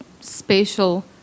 spatial